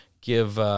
Give